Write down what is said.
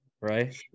right